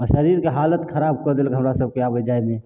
आओर शरीरके हालत खराब कऽ देलक हमरासभके आबै जाइमे